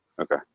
Okay